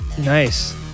Nice